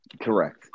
Correct